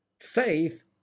Faith